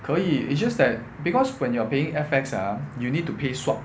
可以 it's just that because when you are paying F_X ah you need to pay swap